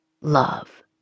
love